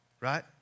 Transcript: right